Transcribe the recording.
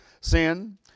Sin